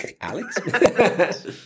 Alex